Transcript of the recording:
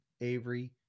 Avery